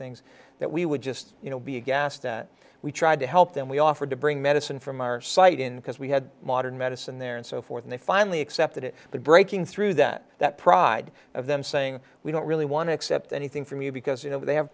things that we would just you know be aghast that we tried to help them we offered to bring medicine from our site in because we had modern medicine there and so forth and they finally accepted it but breaking through that that pride of them saying we don't really want to accept anything from you because you know they have